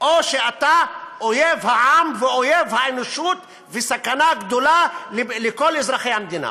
או שאתה אויב העם ואויב האנושות וסכנה גדולה לכל אזרחי המדינה.